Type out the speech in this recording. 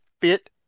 fit